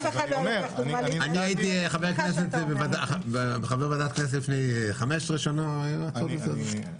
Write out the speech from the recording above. אני חבר בוועדת הכנסת לפני 15 שנה, היה הכול בסדר.